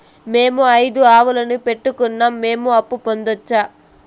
మేము ఐదు ఆవులని పెట్టుకున్నాం, మేము అప్పు పొందొచ్చా